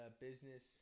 business